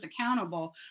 accountable